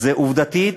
עובדתית,